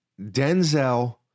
Denzel